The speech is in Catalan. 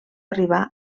arribar